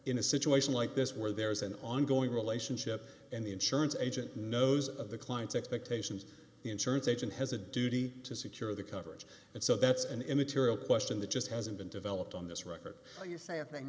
in a situation like this where there's an ongoing relationship and the insurance agent knows of the client's expectations insurance agent has a duty to secure the coverage and so that's an immaterial question that just hasn't been developed on this record you say